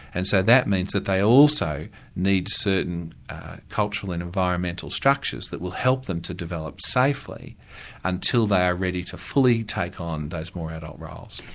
and so that means that they also need certain cultural and environmental structures that will help them to develop safely until they are ready to fully take on those more adult roles.